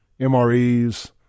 MREs